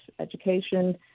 education